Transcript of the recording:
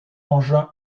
engin